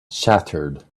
shattered